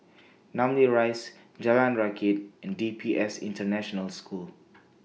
Namly Rise Jalan Rakit and D P S International School